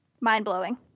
Mind-blowing